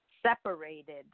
separated